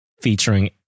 Featuring